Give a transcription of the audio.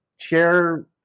share